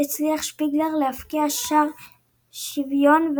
הצליח שפיגלר להבקיע שער שוויון,